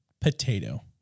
potato